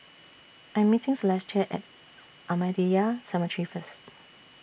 I Am meeting Celestia At Ahmadiyya Cemetery First